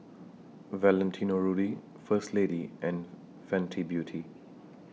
Valentino Rudy First Lady and Fenty Beauty